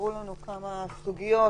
נשארו לנו כמה סוגיות,